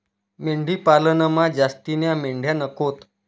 मेंढी पालनमा जास्तीन्या मेंढ्या नकोत